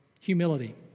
humility